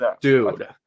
Dude